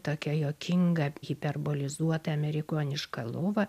tokia juokinga hiperbolizuota amerikoniška lova